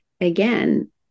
again